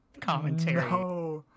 commentary